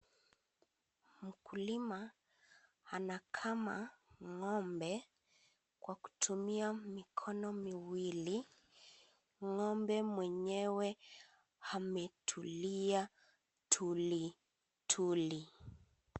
Mkulima anakama ngombe Kwa kutumia mikono miwili ,ngombe mwenyewe ametulia tuli tuli.